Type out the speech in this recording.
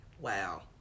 Wow